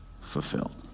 fulfilled